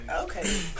Okay